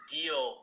deal